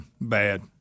bad